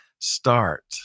start